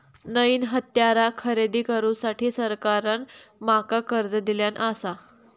नईन हत्यारा खरेदी करुसाठी सरकारान माका कर्ज दिल्यानं आसा